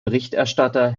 berichterstatter